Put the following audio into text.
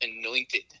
anointed